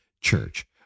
church